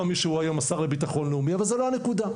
מי שהוא היום השר לביטחון לאומי אבל זאת לא הנקודה.